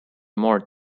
more